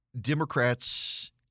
Democrats